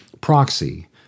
proxy